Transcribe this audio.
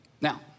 Now